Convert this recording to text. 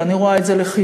ואני רואה את זה לחיוב.